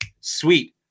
sweet